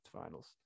finals